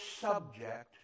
subject